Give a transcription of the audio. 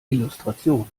illustration